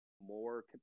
more